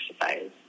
exercise